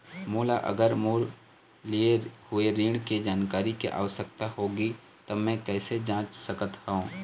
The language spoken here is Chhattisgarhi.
मोला अगर मोर लिए हुए ऋण के जानकारी के आवश्यकता होगी त मैं कैसे जांच सकत हव?